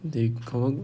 they confirm